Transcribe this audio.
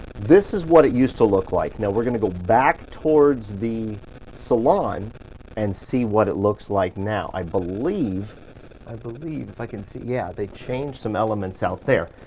this is what it used to look like. now, we're gonna go back towards the salon and see what it looks like now. i i believe, if i can see, yeah, they changed some elements out there.